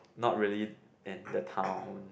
not really in the town